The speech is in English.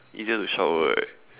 easier to shower right